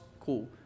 cool